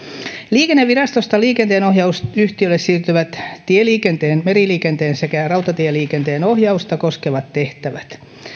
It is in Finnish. liikennevirastosta liikenteenohjausyhtiölle siirtyvät tieliikenteen meriliikenteen sekä rautatieliikenteen ohjausta koskevat tehtävät